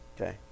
Okay